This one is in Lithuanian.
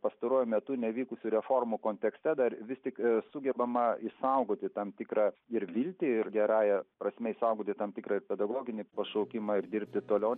pastaruoju metu nevykusių reformų kontekste dar vis tik sugebama išsaugoti tam tikrą ir viltį ir gerąja prasme išsaugoti tam tikrą ir pedagoginį pašaukimą ir dirbti toliau